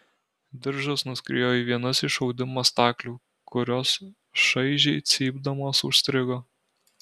diržas nuskriejo į vienas iš audimo staklių kurios šaižiai cypdamos užstrigo